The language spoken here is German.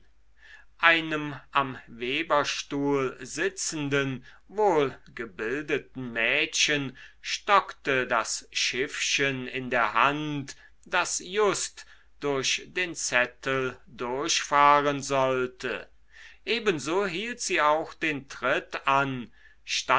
einem am weberstuhl sitzenden wohlgebildeten mädchen stockte das schiffchen in der hand das just durch den zettel durchfahren sollte ebenso hielt sie auch den tritt an